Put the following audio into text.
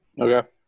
Okay